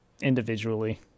Individually